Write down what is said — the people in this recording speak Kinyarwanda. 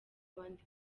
abandi